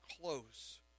close